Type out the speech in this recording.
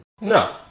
No